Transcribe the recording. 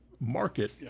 market